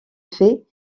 fait